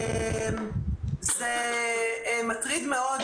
זה מטריד מאוד.